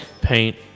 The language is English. paint